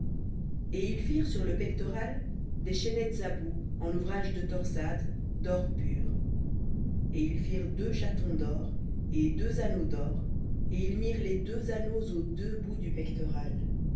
et tu feras sur le pectoral des chaînettes à bouts en ouvrage de torsade d'or pur et tu feras sur le pectoral deux anneaux d'or et tu mettras les deux anneaux aux deux bouts du pectoral